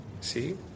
See